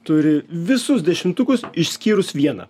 turi visus dešimtukus išskyrus vieną